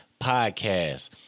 Podcast